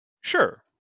Sure